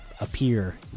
appear